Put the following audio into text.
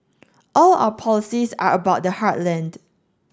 all our policies are about the heartland